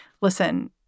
listen